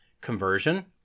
conversion